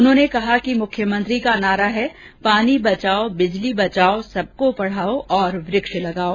उन्होंने कहा कि मुख्यमंत्री का नारा है कि पानी बचाओ बिजली बचाओ सबको पढाओं और वृक्ष लगाओं